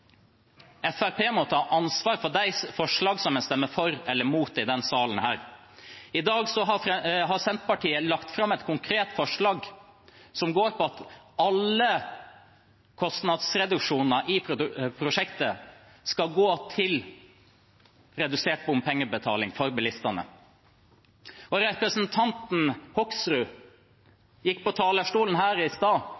Fremskrittspartiet må ta ansvar for forslagene de stemmer for eller mot i denne salen. I dag har Senterpartiet lagt fram et konkret forslag som går på at alle kostnadsreduksjoner i prosjektet skal gå til redusert bompengebetaling for bilistene. Representanten Hoksrud